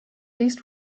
least